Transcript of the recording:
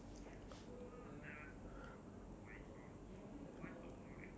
actually sport right sport like like I like to play a lot of sport but like no time